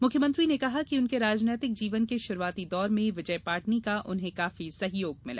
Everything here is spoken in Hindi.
मुख्यमंत्री ने कहा कि उनके राजनीतिक जीवन के शुरुआती दौर में विजय पाटनी का उन्हें काफी सहयोग मिला